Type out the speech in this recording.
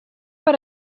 per